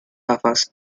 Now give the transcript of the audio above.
gafas